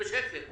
בשקט.